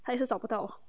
她一直找不到